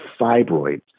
fibroids